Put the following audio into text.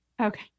Okay